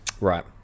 Right